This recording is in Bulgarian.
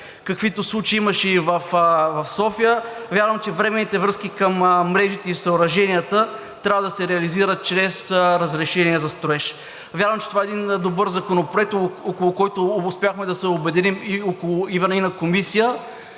каквито случаи имаше и в София, вярвам, че временните връзки към мрежите и съоръженията трябва да се реализират чрез разрешение за строеж. Вярвам, че това е един добър законопроект, около който успяхме да се обединим и на Комисията